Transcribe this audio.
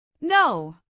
No